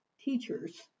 Teachers